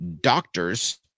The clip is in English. doctors